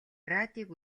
радийг